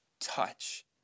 touch